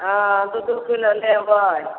हँ दू दू किलो लेबै